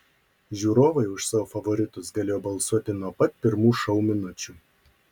žiūrovai už savo favoritus galėjo balsuoti nuo pat pirmų šou minučių